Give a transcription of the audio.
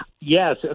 yes